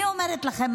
אני אומרת לכם,